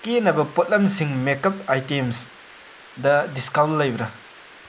ꯀꯦꯅꯕ ꯄꯣꯠꯂꯝꯁꯤꯡ ꯃꯦꯀꯞ ꯑꯥꯏꯇꯦꯝꯁꯇ ꯗꯤꯁꯀꯥꯎꯟ ꯂꯩꯕꯔ